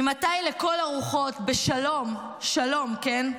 ממתי, לכל הרוחות, בשלום שלום, כן,